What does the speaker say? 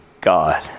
God